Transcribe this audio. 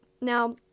Now